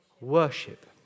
worship